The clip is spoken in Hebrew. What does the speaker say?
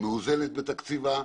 מאוזנת בתקציבה,